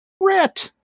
Rat